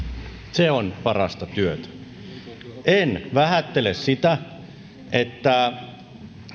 se on parasta työtä en vähättele sitä että